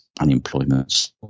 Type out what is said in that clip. Unemployment